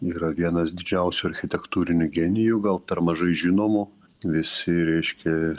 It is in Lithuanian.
yra vienas didžiausių architektūrinių genijų gal per mažai žinomų visi reiškia